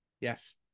Yes